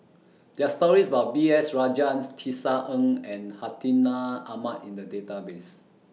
There Are stories about B S Rajhans Tisa Ng and Hartinah Ahmad in The Database